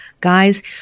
guys